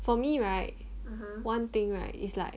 for me right one thing right is like